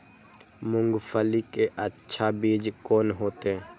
मूंगफली के अच्छा बीज कोन होते?